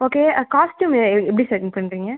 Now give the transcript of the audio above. okay அது costume எ எப்படி சார் இது பண்ணுறீங்க